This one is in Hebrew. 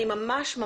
אם יש לכם משהו לומר,